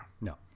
No